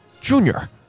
Junior